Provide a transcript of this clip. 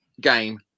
game